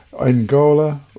Angola